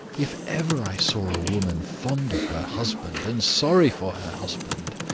if ever i saw a woman fond of her husband, and sorry for her husband,